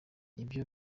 ibyo